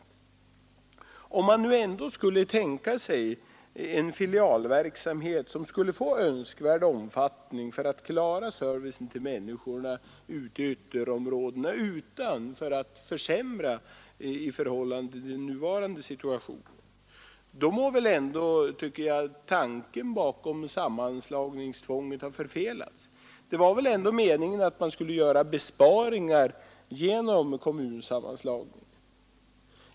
Om man skulle tänka sig en filialverksamhet med önskvärd omfattning för att klara servicen till människorna i ytterområdena utan att försämra den i förhållande till den nuvarande situationen, måste väl ändå, tycker jag, syftet med sammanslagningstvånget ha förfelats. Det var väl meningen att det skulle göras besparingar genom kommunsammanslagningen.